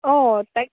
অঁ